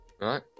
right